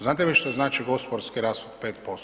Znate vi šta znači gospodarski rast od 5%